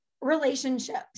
relationships